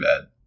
bad